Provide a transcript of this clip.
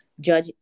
judge